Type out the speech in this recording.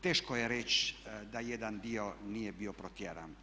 Teško je reći da jedan dio nije bio protjeran.